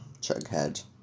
Chughead